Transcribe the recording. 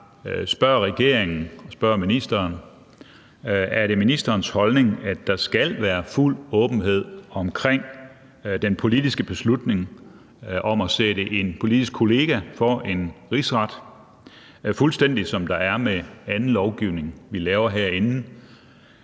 spørger regeringen og ministeren: Er det ministerens holdning, at der skal være fuld åbenhed omkring den politiske beslutning om at sætte en politisk kollega for en rigsret, fuldstændig som der er om anden lovgivning, vi laver herinde?